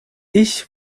ich